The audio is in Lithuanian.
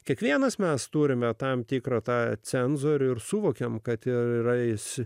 kiekvienas mes turime tam tikrą tą cenzorių ir suvokėme kad ir jis